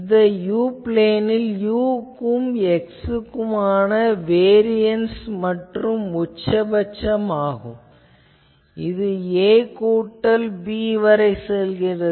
இந்த u பிளேனில் u க்கும் x க்குமாக இதுவே வேரியன்ஸ் மற்றும் உச்சபட்சம் இது a கூட்டல் b வரை செல்கிறது